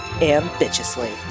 Ambitiously